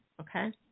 okay